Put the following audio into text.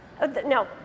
No